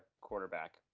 quarterback